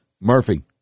Murphy